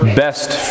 best